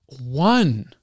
one